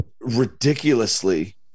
ridiculously